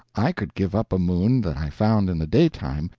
i could give up a moon that i found in the daytime,